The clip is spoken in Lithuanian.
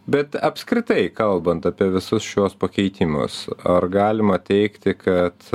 bet apskritai kalbant apie visus šiuos pakeitimus ar galima teigti kad